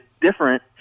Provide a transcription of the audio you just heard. different